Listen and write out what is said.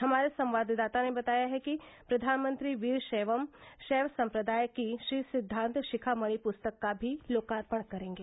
हमारे संवाददाता ने बताया है कि प्रधानमंत्री वीर शैवम शैव सम्प्रदाय की श्री सिद्वांत शिखा मणि पुस्तक का भी लोकार्पण करेंगे